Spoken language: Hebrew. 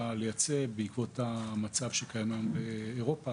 לייצא בעקבות המצב שקיים היום באירופה,